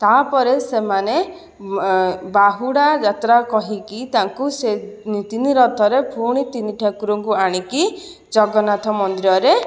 ତା'ପରେ ସେମାନେ ବାହୁଡ଼ା ଯାତ୍ରା କହିକି ତାଙ୍କୁ ସେ ତିନି ରଥରେ ପୁଣି ତିନି ଠାକୁରଙ୍କୁ ଆଣିକି ଜଗନ୍ନାଥ ମନ୍ଦିରରେ